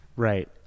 Right